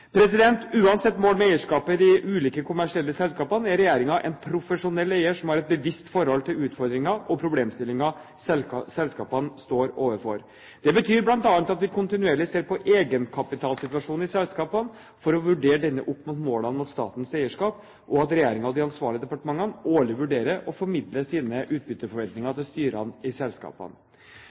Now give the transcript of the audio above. Uansett mål med eierskapet i de ulike kommersielle selskapene er regjeringen en profesjonell eier, som har et bevisst forhold til utfordringer og problemstillinger som selskapene står overfor. Det betyr bl.a. at vi kontinuerlig ser på egenkapitalsituasjonen i selskapene for å vurdere denne opp mot målene med statens eierskap, og at regjeringen og de ansvarlige departementene årlig vurderer og formidler sine utbytteforventninger til styrene i selskapene.